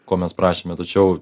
ko mes prašėme tačiau